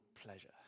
pleasure